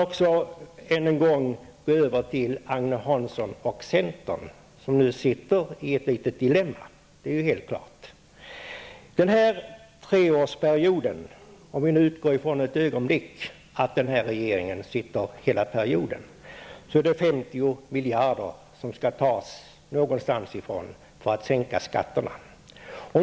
Vi skall nu än en gång gå över till Agne Hansson och centern, som nu sitter i ett litet dilemma, det är helt klart. Under den kommande treårsperioden -- om vi nu ett ögonblick utgår från att den nuvarande regeringen sitter hela perioden -- skall 50 miljarder tas någonstans ifrån för att finansiera en sänkning av skatterna.